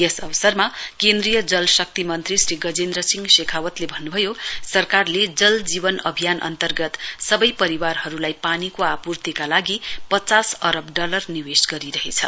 यस अवसरमा केन्द्री जल शक्ति मन्त्री श्री गजेन्द्र सिंह शेखावतले भन्नुभयो सरकारले जल जीवन अभियान अन्तर्गत सबै परिवारहरूलाई पानीको आपूर्तीका लागि पचास अरब डलर निवेश गरिरहे छ